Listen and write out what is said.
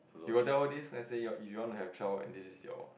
you got tell her this let say you want to have a child right this is your